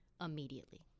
immediately